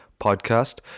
podcast